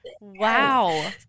Wow